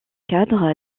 cadre